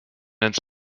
ins